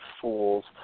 fools